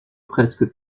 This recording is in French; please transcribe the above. presque